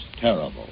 terrible